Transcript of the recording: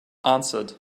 answered